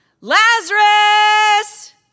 Lazarus